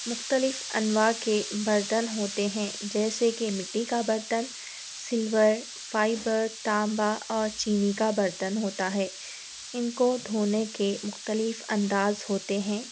مختلف انواع کے برتن ہوتے ہیں جیسے کی مٹی کا برتن سلور فائبر تانبا اور چینی کا برتن ہوتا ہے ان کو دھونے کے مختلف انداز ہوتے ہیں